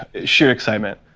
sheer excitement.